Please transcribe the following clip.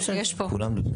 כולם.